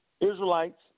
Israelites